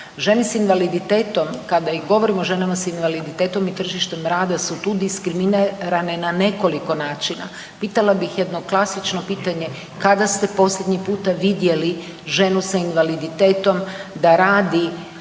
Žene s invaliditetom kada i govorimo o ženama s invaliditetom i tržištem rada su tu diskriminirane na nekoliko načina. Pitala bih jedno klasično pitanje kada ste posljednji puta vidjeli ženu sa invaliditetom da radi